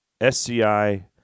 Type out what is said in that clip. SCI